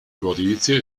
gorizia